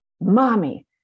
mommy